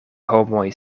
homoj